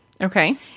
Okay